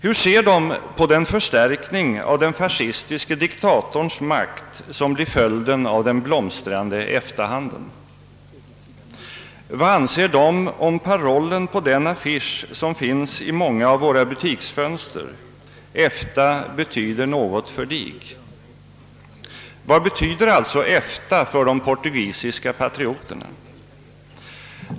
Hur ser de på den förstärkning av den fascistiska diktatorns makt som blir följden av den blomstrande EFTA-handeln? Vad anser de om parollen på den affisch som finns i många av våra butiksfönster: »EFTA betyder något för dig»? Vad betyder EFTA för de portugisiska patrioterna?